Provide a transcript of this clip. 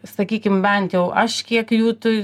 sakykim bent jau aš kiek jų tu